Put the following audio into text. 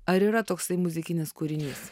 ar yra toksai muzikinis kūrinys